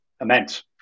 immense